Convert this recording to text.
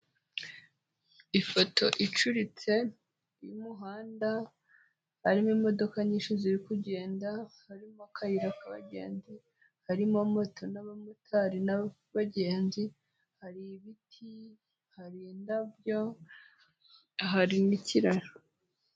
Ifoto icuritse y'umuhanda harimo imodoka nyinshi ziri kugenda, harimo akayira k'abagenzi, harimo moto n'abamotari n'abagenzi, hari ibiti, hari indabyo, hari n'ikiraro.